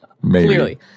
clearly